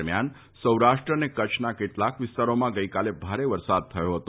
દરમ્યાન સૌરાષ્ટ્ર અને કચ્છના કેટલાક વિસ્તારોમાં ગઈકાલે ભારે વરસાદ થયો છે